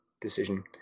decision